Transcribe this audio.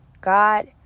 God